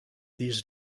these